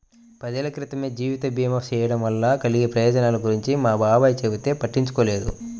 పదేళ్ళ క్రితమే జీవిత భీమా చేయడం వలన కలిగే ప్రయోజనాల గురించి మా బాబాయ్ చెబితే పట్టించుకోలేదు